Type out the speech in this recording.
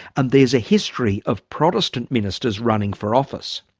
and there's a history of protestant ministers running for office.